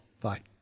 Bye